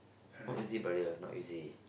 not easy brother not easy